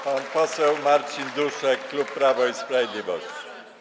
Pan poseł Marcin Duszek, klub Prawo i Sprawiedliwość.